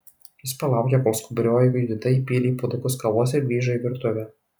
jis palaukė kol skubrioji judita įpylė į puodukus kavos ir grįžo į virtuvę